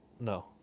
No